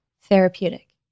therapeutic